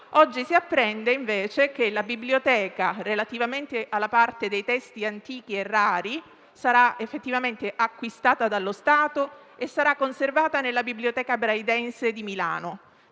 oggi si apprende che la biblioteca, relativamente alla parte dei testi antichi e rari, sarà effettivamente acquistata dallo Stato e sarà conservata nella biblioteca nazionale Braidense di Milano